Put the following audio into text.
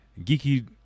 Geeky